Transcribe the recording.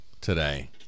today